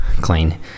Clean